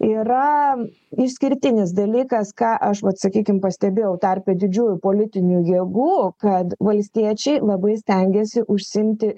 yra išskirtinis dalykas ką aš vat sakykim pastebėjau tarpe didžiųjų politinių jėgų kad valstiečiai labai stengiasi užsiimti